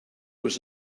was